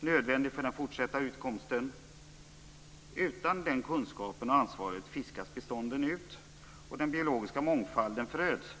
som är nödvändig för den fortsatta utkomsten. Utan den kunskapen och ansvaret fiskas bestånden ut, och den biologiska mångfalden föröds.